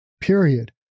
period